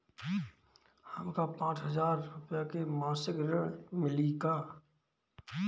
हमका पांच हज़ार रूपया के मासिक ऋण मिली का?